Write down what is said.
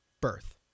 birth